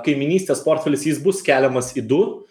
kaimynystės portfelis jis bus skeliamas į du